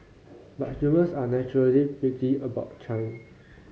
but humans are naturally prickly about change